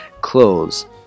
Clothes